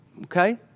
Okay